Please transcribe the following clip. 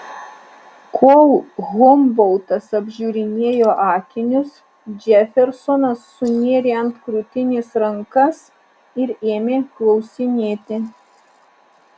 kol humboltas apžiūrinėjo akinius džefersonas sunėrė ant krūtinės rankas ir ėmė klausinėti